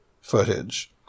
footage